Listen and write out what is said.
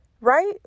right